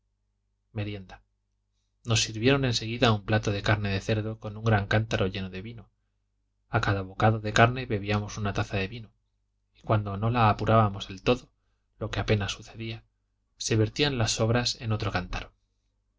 merienda nos sirvieron en seguida un plato de carne de cerdo con un gran cántaro lleno de vino a cada bocado de carne bebíamos una taza de vino y cuando no la apurábamos del todo lo que apenas sucedía se vertían las sobras en otro cántaro